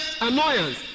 annoyance